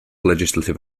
legislative